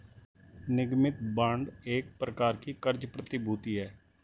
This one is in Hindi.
निगमित बांड एक प्रकार की क़र्ज़ प्रतिभूति है